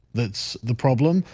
that's the problem.